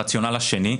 הרציונל השני,